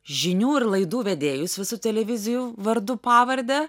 žinių ir laidų vedėjus visų televizijų vardu pavarde